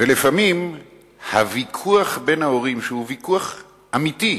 ולפעמים הוויכוח בין ההורים, שהוא ויכוח אמיתי,